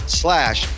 slash